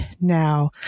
now